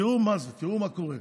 תראו מה זה, תראו מה קורה.